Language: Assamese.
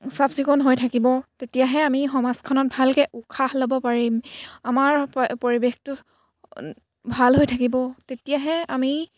চাফ চিকুণ হৈ থাকিব তেতিয়াহে আমি সমাজখনত ভালকৈ উশাহ ল'ব পাৰিম আমাৰ প পৰিৱেশটো ভাল হৈ থাকিব তেতিয়াহে আমি